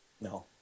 No